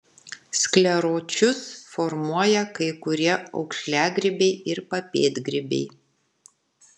skleročius formuoja kai kurie aukšliagrybiai ir papėdgrybiai